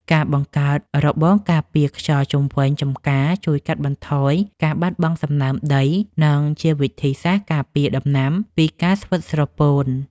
ការបង្កើតរបងការពារខ្យល់ជុំវិញចម្ការជួយកាត់បន្ថយការបាត់បង់សំណើមដី និងជាវិធីសាស្ត្រការពារដំណាំពីការស្វិតស្រពោន។